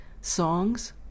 songs